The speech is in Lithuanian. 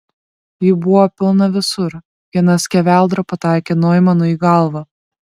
jų buvo pilna visur viena skeveldra pataikė noimanui į galvą